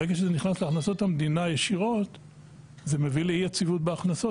ברגע שזה נכנס להכנסות המדינה ישירות זה מביא לאי יציבות בהכנסות